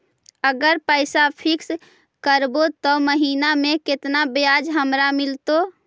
अगर पैसा फिक्स करबै त महिना मे केतना ब्याज हमरा मिलतै?